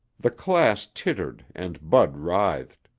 the class tittered and bud writhed.